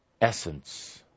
essence